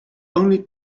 only